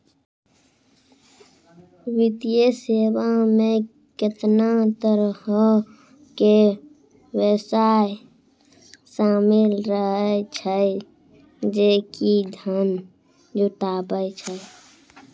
वित्तीय सेवा मे केतना तरहो के व्यवसाय शामिल रहै छै जे कि धन जुटाबै छै